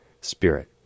spirit